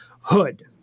Hood